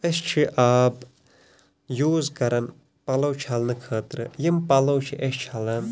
أسۍ چھِ آب یوٗز کَران پَلَو چَھلنہٕ خٲطرٕ یِم پَلو چھِ أسۍ چھلان